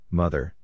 mother